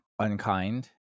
unkind